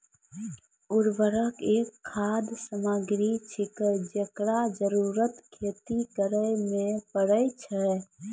उर्वरक एक खाद सामग्री छिकै, जेकरो जरूरत खेती करै म परै छै